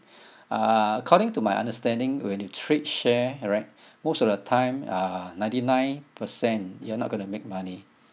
uh according to my understanding when you trade share right most of the time uh ninety nine percent you're not going to make money